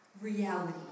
reality